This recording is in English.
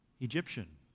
Egyptian